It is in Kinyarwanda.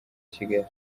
kigali